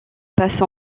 passe